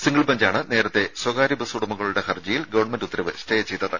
single ബെഞ്ചാണ് നേരത്തെ സ്വകാര്യ ബസ്സുടമകളുടെ ഹർജിയിൽ ഗവൺമെന്റ് ഉത്തരവ് സ്റ്റേ ചെയ്തത്